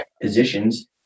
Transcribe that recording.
positions